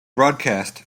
broadcast